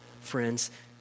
friends